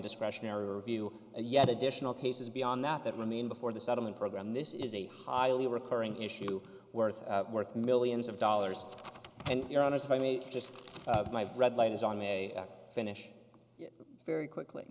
discretionary review and yet additional cases beyond that that remain before the settlement program this is a highly recurring issue worth worth millions of dollars and you're honest if i may just my red light is on the finish very quickly